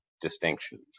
distinctions